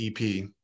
EP